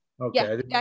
Okay